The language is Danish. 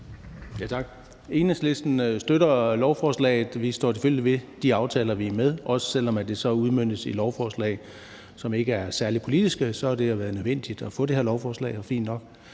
Tak. Enhedslisten støtter lovforslaget. Vi står selvfølgelig ved de aftaler, vi er med i, og selv om det så udmøntes i lovforslag, som ikke er særlig politiske, har det været nødvendigt at få det her lovforslag